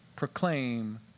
proclaim